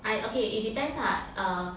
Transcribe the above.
I okay it depends lah err